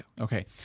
Okay